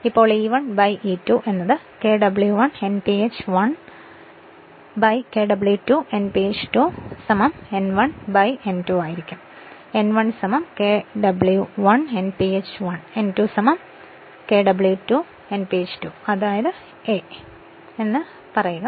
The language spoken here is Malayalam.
ഇപ്പോൾ E1 E2 എന്നത് Kw1 Nph1 Kw2 Nph 2 N1 N2 ആയിരിക്കും